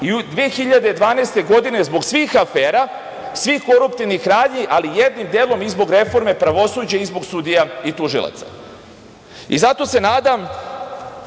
2012. godine zbog svih afera, svih koruptivnih radnji, ali jednim delom i zbog reforme pravosuđa i zbog sudija i tužilaca. Zato se nadam